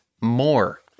more